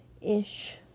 ish